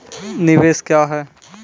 निवेश क्या है?